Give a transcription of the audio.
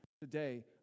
today